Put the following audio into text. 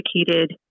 educated